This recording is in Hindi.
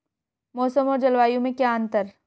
मौसम और जलवायु में क्या अंतर?